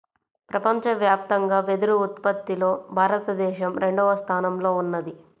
ప్రపంచవ్యాప్తంగా వెదురు ఉత్పత్తిలో భారతదేశం రెండవ స్థానంలో ఉన్నది